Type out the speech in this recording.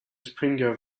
springer